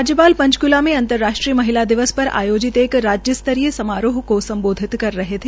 राज्यपाल पंचकूला में अंतर्राष्ट्रीय महिला दिवस पर आयोजित राज्य स्तरीय समारोह को सम्बोधित कर रहे थे